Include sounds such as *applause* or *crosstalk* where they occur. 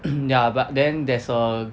*coughs* ya but then there's a